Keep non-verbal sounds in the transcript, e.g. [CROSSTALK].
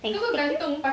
[NOISE]